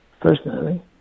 Personally